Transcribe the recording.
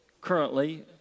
currently